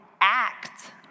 act